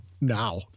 now